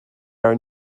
are